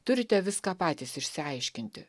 turite viską patys išsiaiškinti